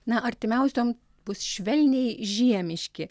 na artimiausiom bus švelniai žiemiški